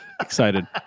Excited